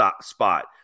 spot